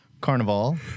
Carnival